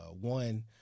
One